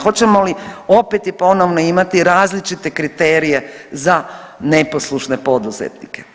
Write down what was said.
Hoćemo li opet i ponovno imati različite kriterije za neposlušne poduzetnike.